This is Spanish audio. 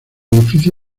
edificio